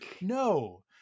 no